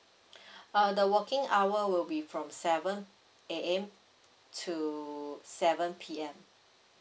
uh the working hour will be from seven A_M to seven P_M